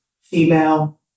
female